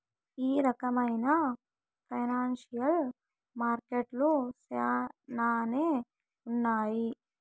ఈ రకమైన ఫైనాన్సియల్ మార్కెట్లు శ్యానానే ఉన్నాయి